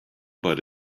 but